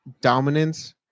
dominance